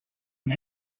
and